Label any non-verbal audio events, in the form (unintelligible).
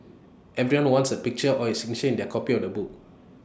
everyone wants A picture or his (unintelligible) in their copy of the book